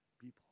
people